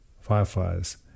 Fireflies